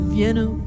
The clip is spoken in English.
Vienna